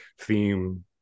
theme